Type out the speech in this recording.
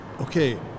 okay